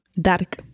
Dark